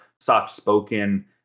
soft-spoken